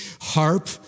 harp